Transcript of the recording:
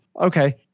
Okay